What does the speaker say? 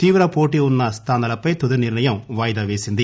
తీవ్ర పోటీ ఉన్న స్థానాలపై తుది నిర్ణయం వాయిదా పేసింది